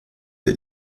der